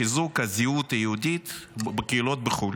לחיזוק הזהות היהודית בקהילות בחו"ל.